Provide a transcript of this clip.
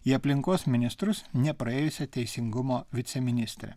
į aplinkos ministrus nepraėjusią teisingumo viceministrę